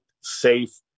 safe